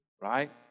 Right